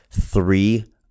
three